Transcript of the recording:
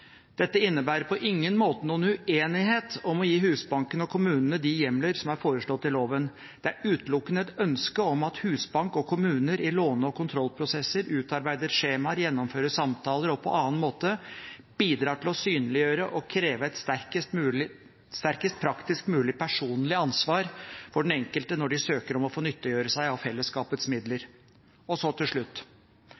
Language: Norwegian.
Dette innebærer på ingen måte noen uenighet om å gi Husbanken og kommunene de hjemler som er foreslått i loven, men er utelukkende et ønske om at Husbanken og kommuner i låne- og kontrollprosesser utarbeider skjemaer, gjennomfører samtaler og på annen måte bidrar til å synliggjøre og kreve et sterkest praktisk mulig personlig ansvar for den enkelte når de søker om å få benytte seg av fellesskapets midler.